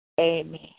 Amen